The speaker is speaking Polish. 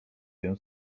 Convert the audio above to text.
się